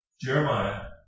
Jeremiah